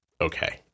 Okay